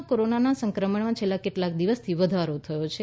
દેશમાં કોરોનાના સંક્રમણમાં છેલ્લા કેટલાક દિવસથી વધારો થયો છે